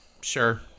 sure